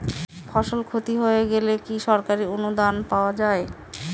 ফসল ক্ষতি হয়ে গেলে কি সরকারি ভাবে অনুদান পাওয়া য়ায়?